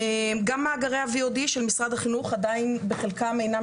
גם מאגרי ה-VOD של משרד החינוך עדיין בחלקם אינם